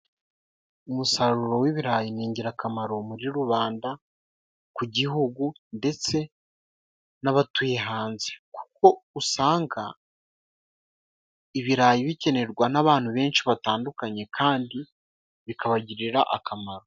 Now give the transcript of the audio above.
Umusaruro w'ibirayi ni ingirakamaro muri rubanda, ku gihugu ndetse n'abatuye hanze kuko usanga ibirayi bikenerwa n'abantu benshi batandukanye kandi bikabagirira akamaro.